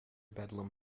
bedlam